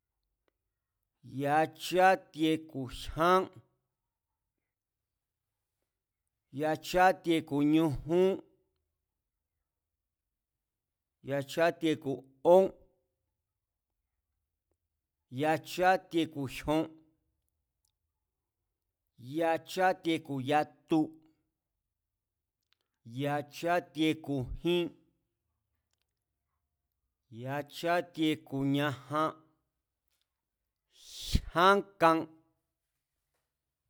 Yachátie ku̱ jyán, yachátie ku̱ ñujún, yachátie ku̱ ón, yachátie ku̱ jyón, yachátie ku̱ yatu, yachátie ku̱ jin, yachátie ku̱ ñajan, jyá kan